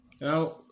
Now